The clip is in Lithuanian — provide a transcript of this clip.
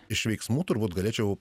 iš veiksmų turbūt galėčiau